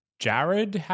Jared